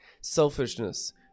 Selfishness